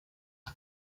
bei